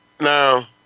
Now